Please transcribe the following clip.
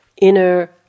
inner